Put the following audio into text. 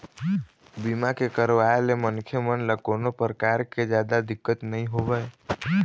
बीमा के करवाय ले मनखे मन ल कोनो परकार के जादा दिक्कत नइ होवय